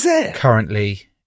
currently